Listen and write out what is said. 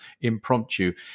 impromptu